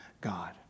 God